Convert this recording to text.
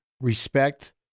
respect